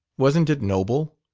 wasn't it noble!